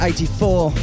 84